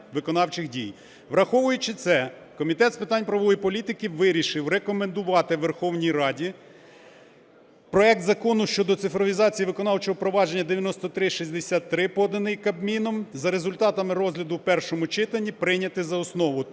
Враховуючи це, Комітет з питань правової політики вирішив рекомендувати Верховній Раді проект Закону щодо цифровізації виконавчого провадження (9363), поданий Кабміном, за результатами розгляду в першому читанні прийняти за основу.